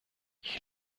ich